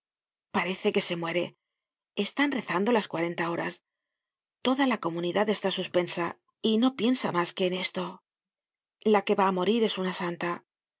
parece que se muere están rezando las cuarenta horas toda la comunidad está suspensa y no piensa mas que en esto la que va á morir es una santa